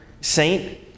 saint